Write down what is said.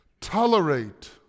Tolerate